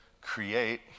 create